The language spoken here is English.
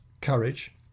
courage